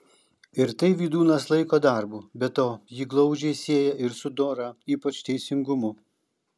ir tai vydūnas laiko darbu be to jį glaudžiai sieja ir su dora ypač teisingumu